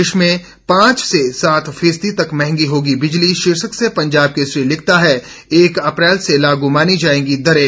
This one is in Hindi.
प्रदेश में पांच से सात फीसदी तक महंगी होगी बिजली शीर्षक से पंजाब केसरी लिखता है एक अप्रैल से लागू मानी जाएगी दरें